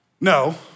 No